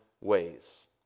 ways